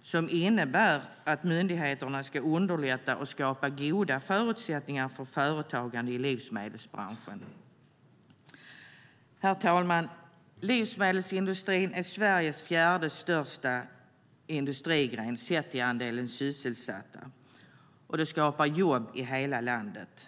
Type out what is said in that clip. och som innebär att myndigheten ska underlätta och skapa goda förutsättningar för företagande i livsmedelsbranschen. Herr talman! Livsmedelsindustrin är Sveriges fjärde största industrigren sett till andelen sysselsatta, och den skapar jobb i hela landet.